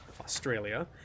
Australia